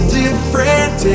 different